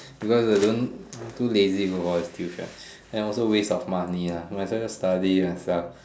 because I don't too lazy for all this tuition and also waste of money ah so might as well just study myself